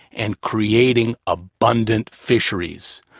and creating abundant fisheries.